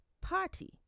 party